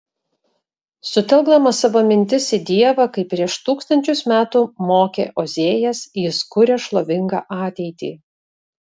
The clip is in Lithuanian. sutelkdamas savo mintis į dievą kaip prieš tūkstančius metų mokė ozėjas jis kuria šlovingą ateitį